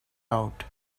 out